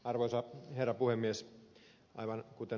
arvoisa herra puhemies